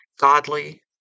godly